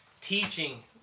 Teaching